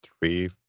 three